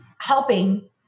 helping